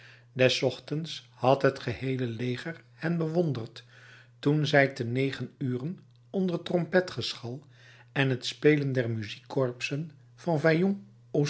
des ochtends had het geheele leger hen bewonderd toen zij te negen uren onder trompetgeschal en t spelen der muziekkorpsen van